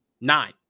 Nine